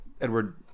Edward